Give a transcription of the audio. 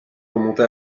remonté